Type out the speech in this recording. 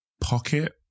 Pocket